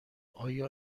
آیا